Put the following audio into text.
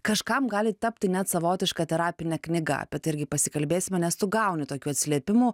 kažkam gali tapti net savotišką terapine knyga apie tai irgi pasikalbėsime nes tu gauni tokių atsiliepimų